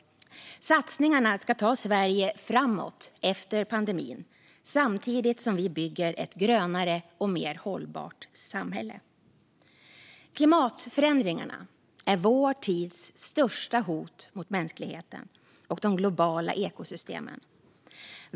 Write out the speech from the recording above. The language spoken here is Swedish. Satsningarna ska ta Sverige framåt efter pandemin, samtidigt som vi bygger ett grönare och mer hållbart samhälle. Klimatförändringarna är vår tids största hot mot mänskligheten och de globala ekosystemen.